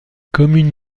commune